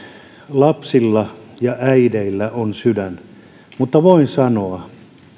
lapsilla ja äideillä on sydän mutta voin sanoa